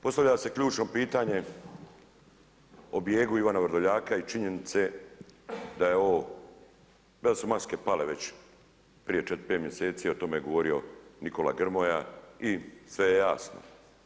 Postavlja se ključno pitanje o bijegu Ivana Vrdoljaka i činjenice da je ovo, da su maske pale već prije 4, 5 mjeseci, o tome je govorio Nikola Grmoja i sve je jasno.